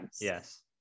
yes